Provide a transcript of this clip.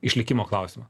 išlikimo klausimą